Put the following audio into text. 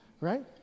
Right